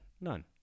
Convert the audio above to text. None